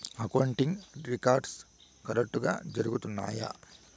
accounting records కరెక్టుగా జరుగుతున్నాయా